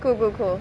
cool cool cool